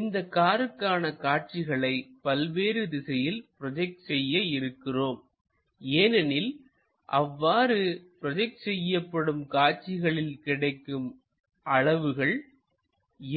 இந்த காருக்கான காட்சிகளை பல்வேறு திசையில் ப்ரோஜெக்ட் செய்ய இருக்கிறோம் ஏனெனில் அவ்வாறு ப்ரோஜெக்ட் செய்யப்படும் காட்சிகளில் கிடைக்கும் அளவுகள்